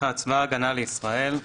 (1)צבא ההגנה לישראל,